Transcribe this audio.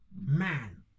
man